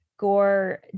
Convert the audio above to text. Gore